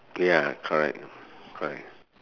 ya correct correct